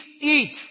Eat